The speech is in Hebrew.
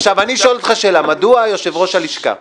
עכשיו, אני שואל אותך שאלה: מדוע יושב-ראש הלשכה,